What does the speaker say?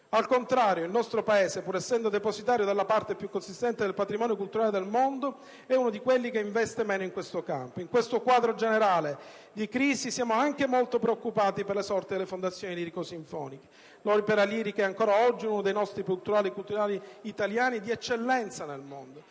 Al contrario, il nostro Paese, pur essendo depositario della parte più consistente del patrimonio culturale del mondo, è uno di quelli che investe meno in questo campo. In questo quadro generale di crisi siamo anche molto preoccupati per la sorte delle fondazioni lirico sinfoniche. L'opera lirica è ancora oggi uno dei prodotti culturali italiani di eccellenza nel mondo.